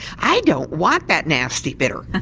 i don't want that nasty bitter. and